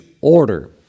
order